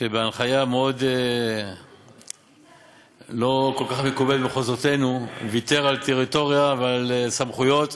שבהנחיה לא כל כך מקובלת במחוזותינו ויתר על טריטוריה ועל סמכויות